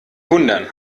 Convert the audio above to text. wundern